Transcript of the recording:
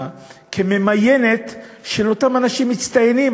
ואשר ממיינת את אותם אנשים מצטיינים,